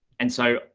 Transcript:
and so,